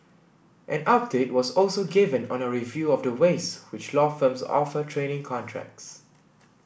an update was also given on a review of the ways which law firms offer training contracts